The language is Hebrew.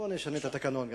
בוא נשנה את התקנון גם,